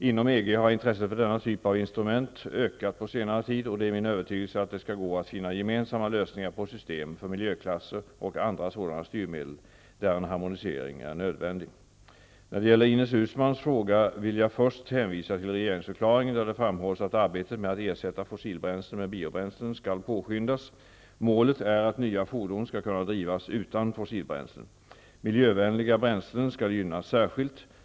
Inom EG har intresset för denna typ av instrument ökat på senare tid, och det är min övertygelse att det skall gå att finna gemensamma lösningar på system för miljöklasser och andra sådana styrmedel där en harmonisering är nödvändig. När det gäller Ines Uusmanns fråga vill jag först hänvisa till regeringsförklaringen, där det framhålls att arbetet med att ersätta fossilbränslen skall påskyndas. Målet är att nya fordon skall kunna drivas utan fossilbränslen. Miljövänliga bränslen skall gynnas särskilt.